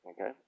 okay